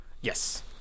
Yes